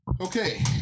Okay